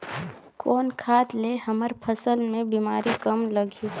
कौन खाद ले हमर फसल मे बीमारी कम लगही?